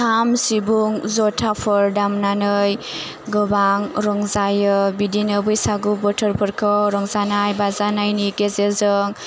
खाम सिबुं ज'थाफोर दामनानै गोबां रंजायो बिदिनो बैसागु बोथोरफोरखौ रंजानाय बाजानायनि गेजेरजों